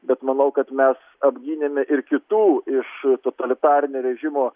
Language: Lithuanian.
bet manau kad mes apgynėme ir kitų iš totalitarinio rėžimo